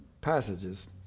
passages